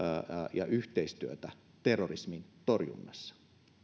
ja yhteistyötä terrorismin torjunnassa